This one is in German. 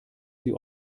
sie